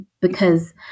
because-